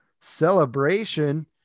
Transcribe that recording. celebration